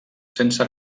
sense